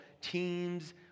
teams